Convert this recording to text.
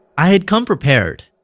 i had come prepared.